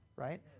right